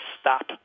stop